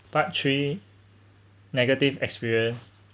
part three negative experience